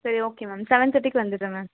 சரி okay ma'am seven தேர்ட்டிக்கு வந்துடுறேன் மேம்